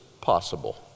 possible